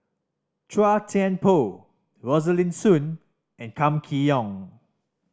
Chua Thian Poh Rosaline Soon and Kam Kee Yong